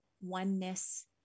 oneness